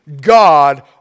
God